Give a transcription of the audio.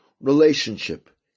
relationship